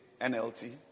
NLT